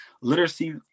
literacy